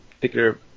particular